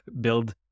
build